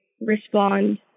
respond